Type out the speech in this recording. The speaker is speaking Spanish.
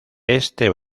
este